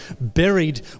buried